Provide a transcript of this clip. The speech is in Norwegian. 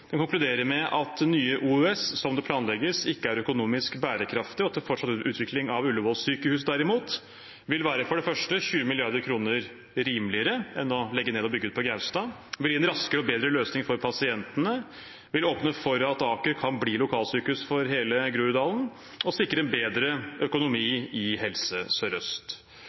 Den konkluderer med at nye OUS, som planlegges, ikke er økonomisk bærekraftig, og at fortsatt utvikling av Ullevål sykehus vil være 20 mrd. kr rimeligere enn å legge ned og bygge ut på Gaustad. Det vil gi en raskere og bedre løsning for pasientene. Det vil åpne for at Aker kan bli lokalsykehus for hele Groruddalen og sikre bedre økonomi i Helse